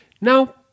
Now